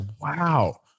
wow